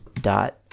dot